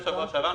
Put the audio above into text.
הרי.